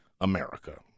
America